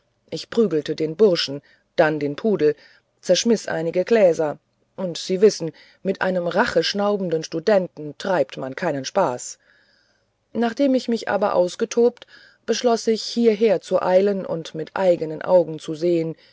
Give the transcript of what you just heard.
ich prügelte den burschen dann den pudel zerschmiß einige gläser und sie wissen mit einem racheschnaubenden studenten treibt man keinen spaß nachdem ich mich aber ausgetobt beschloß ich hierher zu eilen und mit eignen augen zu sehen